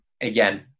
again